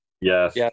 Yes